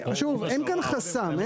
שוב, אין כאן חסם.